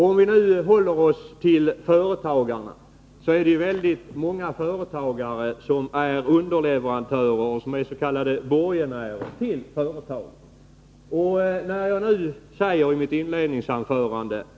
Om vi nu håller oss till företagarna kan vi konstatera att väldigt många är underleverantörer och s.k. borgenärer till företag.